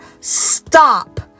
stop